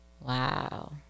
Wow